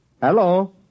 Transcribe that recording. Hello